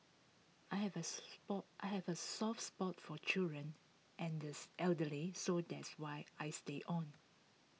I have A spot I have A soft spot for children and these elderly so that's why I stayed on